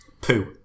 Poo